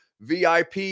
VIP